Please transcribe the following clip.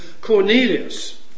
Cornelius